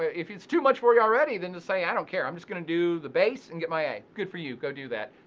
if it's too much for you already, then just say, i don't care, i'm just gonna do the base and get my a. good for you, go do that.